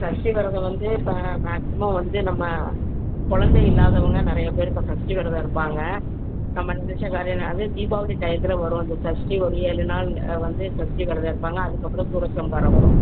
சஷ்டி விரதம் வந்து இப்போ மேக்ஸிமம் வந்து நம்ம குழந்த இல்லாதவங்க நிறைய பேர் இப்போ சஷ்டி விரதம் இருப்பாங்க நம்ம நினச்ச காரியாவது தீபாவளி டைத்தில் வரும் இந்த சஷ்டி ஒரு ஏழு நாாள் வந்து சஷ்டி விரதம் இருப்பாங்க அதுக்கப்புறம் சூரசம்காரம் வரும்